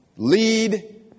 lead